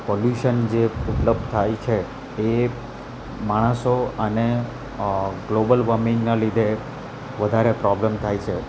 pollution જે મતલબ થાય છે એ માણસો અને ગ્લોબલ વોર્મિંગના લીધે વધારે પ્રોબ્લમ થાય છે